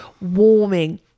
warming